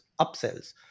upsells